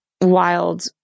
wild